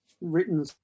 written